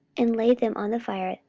and laid them on the fire,